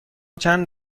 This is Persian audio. چند